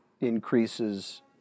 increases